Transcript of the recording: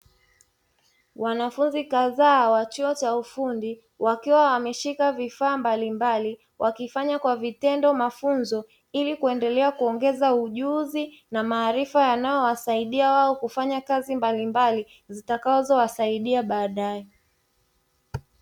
Wanafunzi kadhaa wa chuo cha ufundi wakiwa wameshika vifaa mbalimbali, wakifanya kwa vitendo mafunzo ili kuendelea kuongeza ujuzi na maarifa yanayosaidia kufanya kazi mbalimbali zitakazowasaidia baadae.